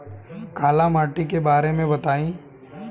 काला माटी के बारे में बताई?